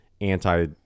anti